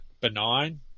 benign